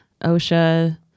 OSHA